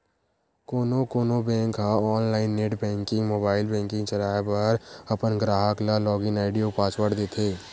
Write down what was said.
कोनो कोनो बेंक ह online net banking, mobile banking चलाए बर अपन गराहक ल लॉगिन आईडी अउ पासवर्ड देथे